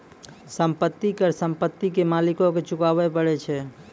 संपत्ति कर संपत्ति के मालिको के चुकाबै परै छै